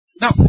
Now